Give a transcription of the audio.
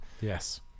Yes